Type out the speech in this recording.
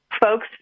folks